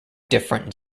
different